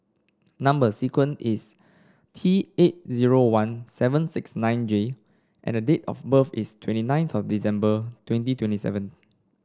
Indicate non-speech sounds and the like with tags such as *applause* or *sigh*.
number sequence is T eight zero one seven six nine J and date of birth is twenty nine *unintelligible* December twenty twenty seven